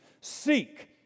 Seek